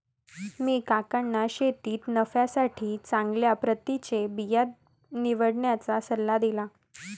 मी काकांना शेतीत नफ्यासाठी चांगल्या प्रतीचे बिया निवडण्याचा सल्ला दिला